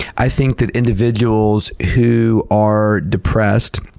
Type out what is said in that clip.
i think that individuals who are depressed,